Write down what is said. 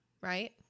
right